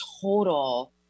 total